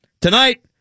Tonight